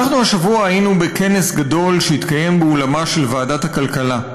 אנחנו השבוע היינו בכנס גדול שהתקיים באולמה של ועדת הכלכלה.